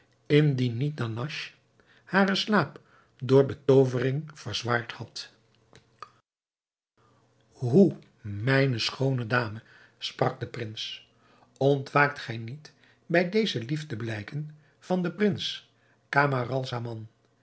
indien niet danhasch haren slaap door betoovering verzwaard had hoe mijne schoone dame sprak de prins ontwaakt gij niet bij deze liefdeblijken van den prins